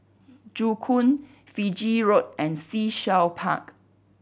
Joo Koon Fiji Road and Sea Shell Park